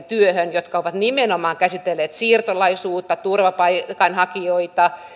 työhön jotka ovat nimenomaan käsitelleet siirtolaisuutta turvapaikanhakijoita